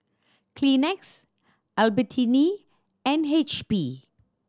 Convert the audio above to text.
Kleenex Albertini and H P